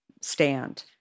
stand